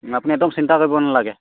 আপুনি একদম চিন্তাই কৰিব নালাগে